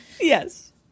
Yes